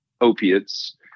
opiates